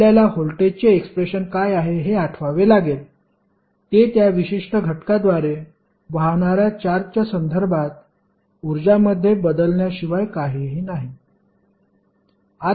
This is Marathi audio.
आपल्याला व्होल्टेजचे एक्सप्रेशन काय आहे हे आठवावे लागेल ते त्या विशिष्ट घटकाद्वारे वाहणार्या चार्जच्या संदर्भात ऊर्जामध्ये बदलण्याशिवाय काहीही नाही